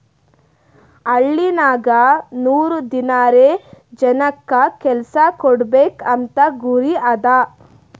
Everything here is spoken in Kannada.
ಹಳ್ಳಿನಾಗ್ ನೂರ್ ದಿನಾರೆ ಜನಕ್ ಕೆಲ್ಸಾ ಕೊಡ್ಬೇಕ್ ಅಂತ ಗುರಿ ಅದಾ